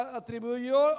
atribuyó